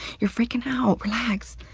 you're freaking out, relax.